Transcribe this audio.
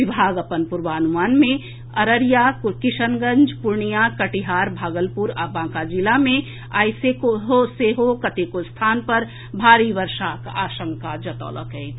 विभाग अपन पूर्वानुमान मे अररिया किशनगंज पूर्णियां कटिहार भागलपुर आ बांका जिला मे आइ सेहो कतेको स्थान पर भारी बर्षाक आशंका जनौलक अछि